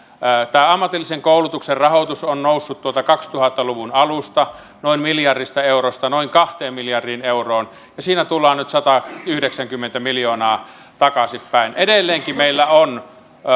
ammatillisen koulutuksen rahoitus on noussut tuolta kaksituhatta luvun alusta noin miljardista eurosta noin kahteen miljardiin euroon ja siinä tullaan nyt satayhdeksänkymmentä miljoonaa takaisinpäin edelleenkin meillä on